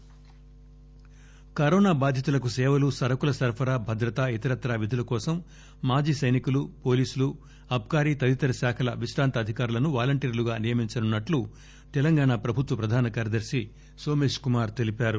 వాలంటీర్లు కరోనా బాధితులకు సేవలు సరకుల సరఫరా భద్రత ఇతరత్రా విధుల కోసం మాజీ సైనికులు పోలీసులు ఆబ్కారీ తదితర శాఖల విశ్రాంత అధికారులను వాలంటీర్లుగా నియమించనున్న ట్లు తెలంగాణా ప్రభుత్వ ప్రధాన కార్యదర్ని నోమేశ్కుమార్ తెలిపారు